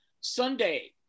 Sunday